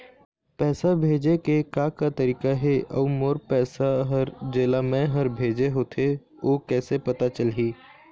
पैसा भेजे के का का तरीका हे अऊ मोर पैसा हर जेला मैं हर भेजे होथे ओ कैसे पता चलही?